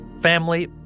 family